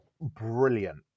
brilliant